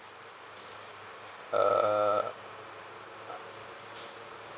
err